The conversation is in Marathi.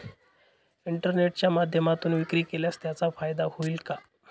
इंटरनेटच्या माध्यमातून विक्री केल्यास त्याचा फायदा होईल का?